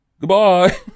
Goodbye